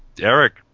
Eric